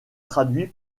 traduit